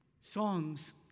Songs